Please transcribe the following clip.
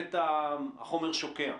שבאמת החומר שוקע?